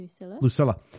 Lucilla